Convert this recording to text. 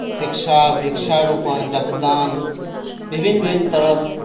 शिक्षा वृक्षारोपण रक्तदान विभिन्न विभिन्न तरहक